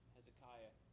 Hezekiah